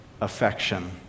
affection